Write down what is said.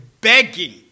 begging